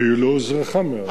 והיא לא אוזרחה מאז.